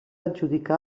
adjudicar